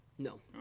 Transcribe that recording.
No